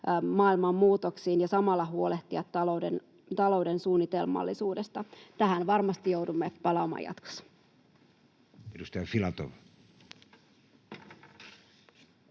maailman muutoksiin ja samalla huolehtia talouden suunnitelmallisuudesta. Tähän varmasti joudumme palaamaan jatkossa. [Speech 54]